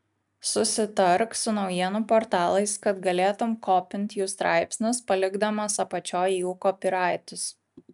susitark su naujienų portalais kad galėtum kopint jų straipsnius palikdamas apačioj jų kopyraitus